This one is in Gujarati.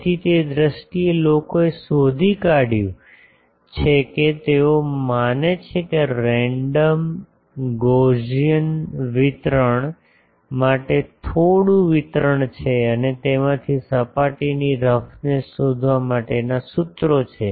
તેથી તે દ્રષ્ટિએ લોકોએ શોધી કાઢહયું છે કે તેઓ માને છે કે રેન્ડમ ગૌસિયન વિતરણ માટે થોડું વિતરણ છે અને તેમાંથી સપાટીની રફનેસ શોધવા માટેના સૂત્રો છે